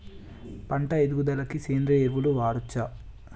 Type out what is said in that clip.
పంట ఎదుగుదలకి సేంద్రీయ ఎరువులు వాడచ్చా?